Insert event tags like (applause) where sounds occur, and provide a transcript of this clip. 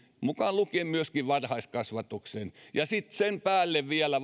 mukaan lukien myöskin varhaiskasvatuksen ja sitten sen päälle vielä (unintelligible)